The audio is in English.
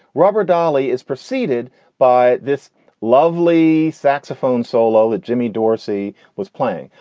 robert darlie is preceded by this lovely saxophone solo with jimmy dorsey was playing.